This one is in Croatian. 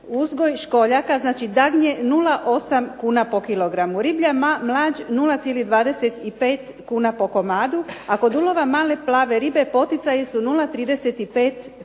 Uzgoj školjaka znači dagnje 0,8 kuna po kilogramu, riblja mlađ 0,25 kuna po komadu, a kod ulova male plave ribe poticaji su 0,35 kuna